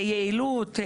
ליעילות.